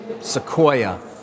Sequoia